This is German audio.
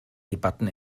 debatten